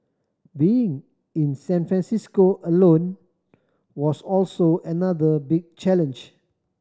being in San Francisco alone was also another big challenge